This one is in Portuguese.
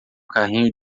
carrinho